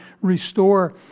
restore